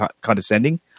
condescending